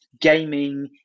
gaming